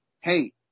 hey –